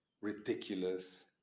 ridiculous